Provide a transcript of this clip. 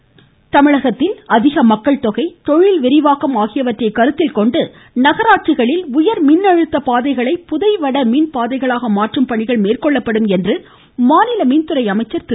தங்கமணி தமிழகத்தில் அதிக மக்கள் தொகை தொழில் விரிவாக்கம் ஆகியவற்றை கருத்தில் கொண்டு நகராட்சிகளில் உயர் மின்அழுத்த பாதைகளை புதைவட மின் பாதைகளாக மாற்றும் பணிகள் மேற்கொள்ளப்படும் என்று மாநில மின்துறை அமைச்சர் திரு